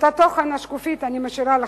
את תוכן השקופית אני משאירה לך.